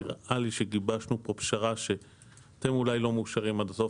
נראה לי שגיבשנו פה פשרה שאתם אולי לא מאושרים עד הסוף